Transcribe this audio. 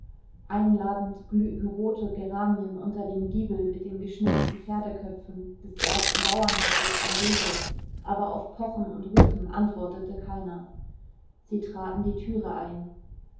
einladend glühten rote geranien unter dem giebel mit den geschnitzten pferdeköpfen des ersten bauernhauses am wege aber auf pochen und rufen antwortete keiner sie traten die türe ein